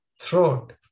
throat